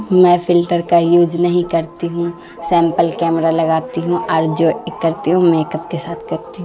میں فلٹر کا یوج نہیں کرتی ہوں سیمپل کیمرہ لگاتی ہوں اور جو کرتی ہوں میکپ کے ساتھ کرتی ہوں